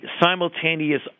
simultaneous